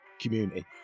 community